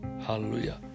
Hallelujah